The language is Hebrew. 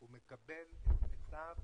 הוא מקבל את מיטב